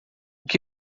que